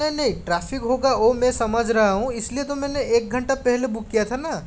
नहीं नहीं ट्राफिक होगा वह मैं समझ रहा हूँ इसलिए तो मैंने एक घंटा पहले बुक किया था न